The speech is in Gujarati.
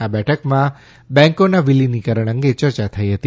આ બેઠકમાં બેન્કોના વિલિનીકરણ અંગે ચર્ચા થઇ નથી